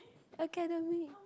okay don't we